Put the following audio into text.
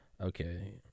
Okay